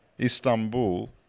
Istanbul